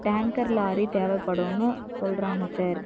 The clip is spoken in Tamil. டேங்கர் லாரி தேவைப்படுன்னு சொல்கிறாங்க சார்